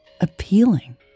appealing